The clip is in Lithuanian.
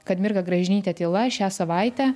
kad mirga gražinytė tyla šią savaitę